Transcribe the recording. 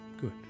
Good